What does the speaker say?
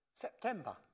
September